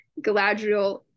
Galadriel